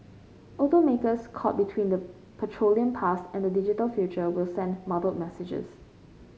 automakers caught between the petroleum past and the digital future will send muddled messages